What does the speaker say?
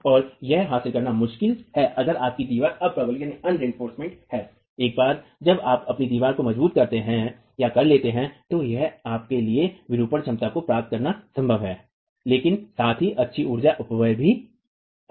और यह हासिल करना मुश्किल है अगर आपकी दीवार अ प्रबलित है एक बार जब आप अपनी दीवार को मजबूत कर लेते हैं तो यह आपके लिए विरूपण क्षमता को प्राप्त करना संभव है लेकिन साथ ही अच्छी ऊर्जा अपव्यय भी है